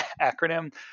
acronym